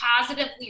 positively